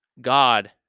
God